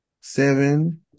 seven